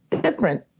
different